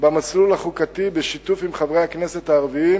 במסלול החוקתי בשיתוף עם חברי הכנסת הערבים.